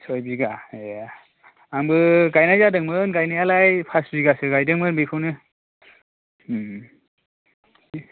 सय बिगा ए आंबो गायनाय जादोंमोन गायनायालाय फास बिगासो गायदोंमोन बेखौनो उम